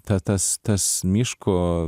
ta tas tas miško